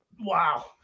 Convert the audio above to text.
Wow